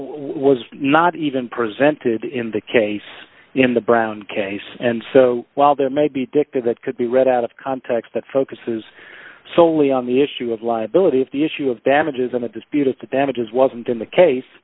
was not even presented in the case in the brown case and so while there may be dicked that could be read out of context that focuses solely on the issue of liability if the issue of damages and at this beautiful damages wasn't in the case